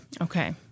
okay